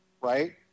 right